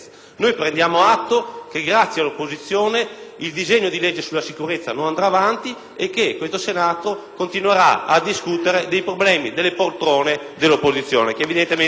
il disegno di legge sulla sicurezza non andrà avanti e che questo Senato continuerà a discutere dei problemi delle poltrone dell'opposizione, che evidentemente gli stanno più a cuore.